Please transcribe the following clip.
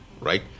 Right